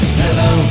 hello